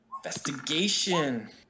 Investigation